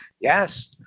yes